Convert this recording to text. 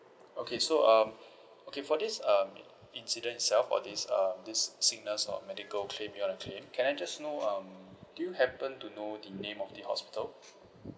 okay so um okay for this um incident itself or this uh this sickness or medical claim you want to claim can I just know um do you happen to know the name of the hospital